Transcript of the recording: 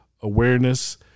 awareness